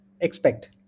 expect